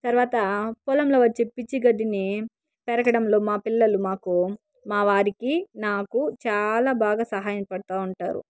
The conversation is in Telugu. తర్వాత పొలంలో వచ్చే పిచ్చి గడ్డిని పెరగడంలో మా పిల్లలు మాకు మా వారికి నాకు చాలా బాగా సహాయపడుతూ ఉంటారు